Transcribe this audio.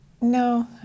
No